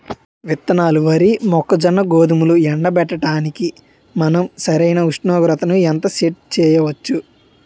విత్తనాలు వరి, మొక్కజొన్న, గోధుమలు ఎండబెట్టడానికి మనం సరైన ఉష్ణోగ్రతను ఎంత సెట్ చేయవచ్చు?